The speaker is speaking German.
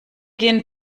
gehen